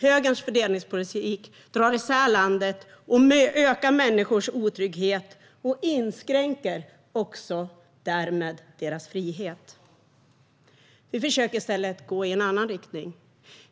Högerns fördelningspolitik drar isär landet, ökar människors otrygghet och inskränker därmed deras frihet. Vi försöker i stället gå i en annan riktning.